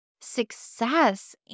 success